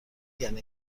گین